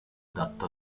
adatta